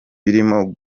birimo